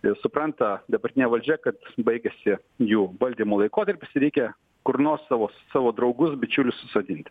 ir supranta dabartinė valdžia kad baigiasi jų valdymo laikotarpis reikia kur nors savo savo draugus bičiulius sodinti